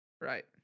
Right